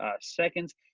seconds